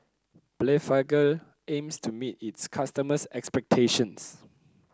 blephagel aims to meet its customers' expectations